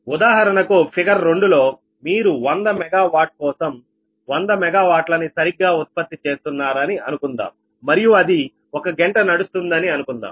ఉదాహరణకు ఫిగర్ 2 లో మీరు 100 మెగా వాట్ కోసం 100 మెగా వాట్లని సరిగ్గా ఉత్పత్తి చేస్తున్నారని అనుకుందాం మరియు అది 1 గంట నడుస్తుందని అనుకుందాం